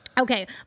Okay